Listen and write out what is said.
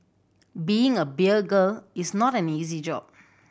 being a beer girl is not an easy job